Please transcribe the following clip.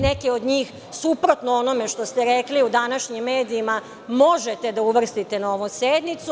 Neke od njih suprotno onome što ste rekli u današnjim medijima možete da uvrstite na ovu sednicu.